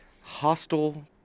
hostile